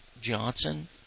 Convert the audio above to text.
Johnson